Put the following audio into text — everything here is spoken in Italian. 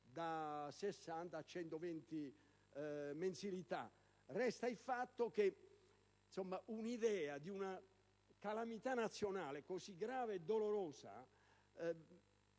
ma in 120 mensilità. Resta il fatto che quanto ha prodotto una calamità nazionale così grave e dolorosa